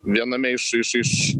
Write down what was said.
viename iš iš iš